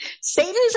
Satan's